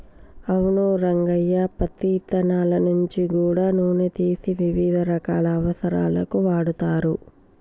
అవును రంగయ్య పత్తి ఇత్తనాల నుంచి గూడా నూనె తీసి వివిధ రకాల అవసరాలకు వాడుతరు